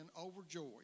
overjoyed